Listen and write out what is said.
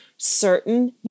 certain